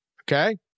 okay